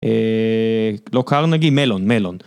לא קרנגי מלון מלון.